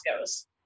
goes